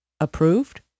approved